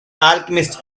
alchemist